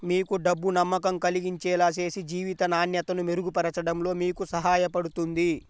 మీకు డబ్బు నమ్మకం కలిగించేలా చేసి జీవిత నాణ్యతను మెరుగుపరచడంలో మీకు సహాయపడుతుంది